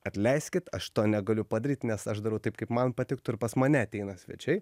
atleiskit aš to negaliu padaryt nes aš darau taip kaip man patiktų ir pas mane ateina svečiai